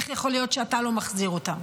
איך יכול להיות שאתה לא מחזיר אותם?